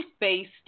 based